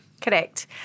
Correct